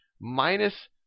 minus